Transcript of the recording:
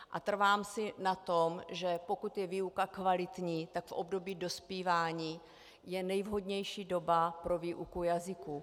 A trvám si na tom, že pokud je výuka kvalitní, tak v období dospívání je nevhodnější doba pro výuku jazyků.